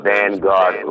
Vanguard